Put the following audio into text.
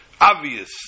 obvious